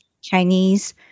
Chinese